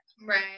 Right